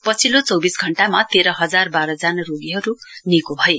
पछिल्लो चौविस घण्टामा तेह्र हजार बाह्र जना रोगीहरू निको भए